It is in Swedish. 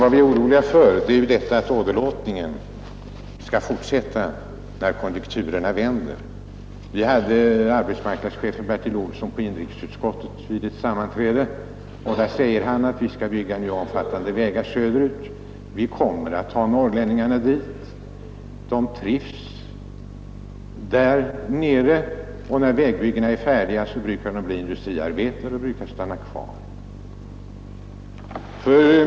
Vad vi är oroliga för är att åderlåtningen skall fortsätta när konjunkturerna vänder. Vi hade arbetsmarknadsstyrelsens chef Bertil Olsson med vid ett sammanträde i inrikesutskottet och då sade han att vi skall bygga nya omfattande vägar söderut; vi kommer att ta norrlänningar dit, de trivs därnere och när vägbyggena är färdiga stannar de kvar och blir industriarbetare.